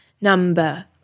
Number